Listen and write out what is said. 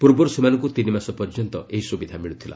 ପୂର୍ବରୁ ସେମାନଙ୍କୁ ତିନି ମାସ ପର୍ଯ୍ୟନ୍ତ ଏହି ସୁବିଧା ମିଳୁଥିଲା